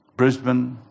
Brisbane